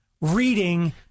reading